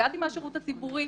הגעתי מהשירות הציבורי,